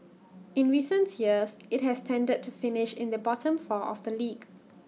in recent years IT has tended to finish in the bottom four of the league